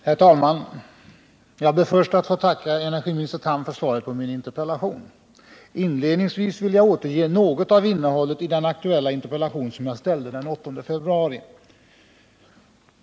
Herr talman! Jag ber att få tacka energiminister Tham för svaret på min interpellation. Inledningsvis vill jag återge något av innehållet i den aktuella interpellation som jag ställde den 8 februari.